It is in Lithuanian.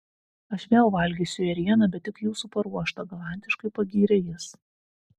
aš vėl valgysiu ėrieną bet tik jūsų paruoštą galantiškai pagyrė jis